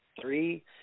Three